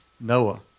Noah